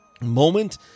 moment